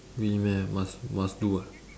really meh must must do what